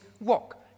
walk